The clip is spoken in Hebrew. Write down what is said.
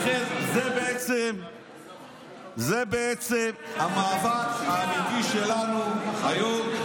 לכן, זה בעצם המאבק האמיתי שלנו היום.